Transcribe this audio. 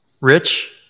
Rich